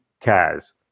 cares